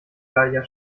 gallier